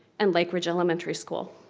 and lakeridge elementary school.